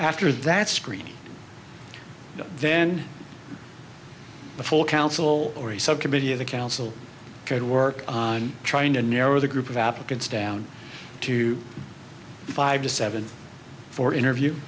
after that screening then a full council or a subcommittee of the council could work on trying to narrow the group of applicants down to five to seven for interview